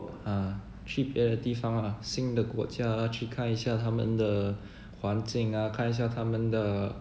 ah 去别的地方 ah 新的国家 ah 去看一下他们的环境 ah 看一下他们的